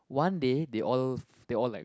one day they all they all like